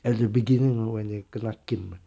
at the beginning you know when they kena keep